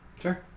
Sure